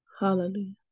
Hallelujah